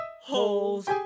holes